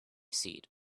seat